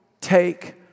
take